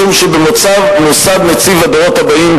משום שבמוסד נציב הדורות הבאים,